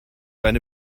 eine